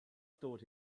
thought